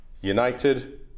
United